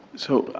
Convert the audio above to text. so,